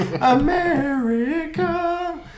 America